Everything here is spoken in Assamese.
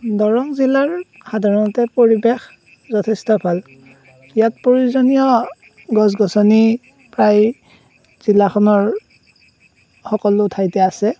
দৰং জিলাৰ সাধাৰণতে পৰিবেশ যথেষ্ট ভাল ইয়াত প্ৰয়োজনীয় গছ গছনি প্ৰায় জিলাখনৰ সকলো ঠাইতে আছে